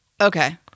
Okay